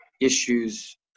issues